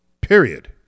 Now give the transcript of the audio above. Period